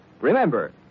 Remember